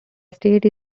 estate